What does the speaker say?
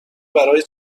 برای